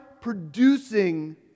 producing